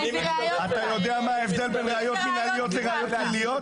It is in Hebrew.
אתה יודע מה ההבדל בין ראיות מנהליות לראיות פליליות?